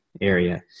area